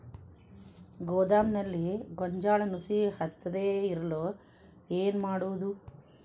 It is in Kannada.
ಗೋದಾಮಿನಲ್ಲಿ ಗೋಂಜಾಳ ನುಸಿ ಹತ್ತದೇ ಇರಲು ಏನು ಮಾಡುವುದು?